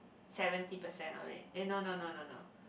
seventy percent of it eh no no no no no